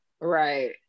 right